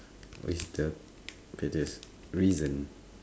what is the pettiest reason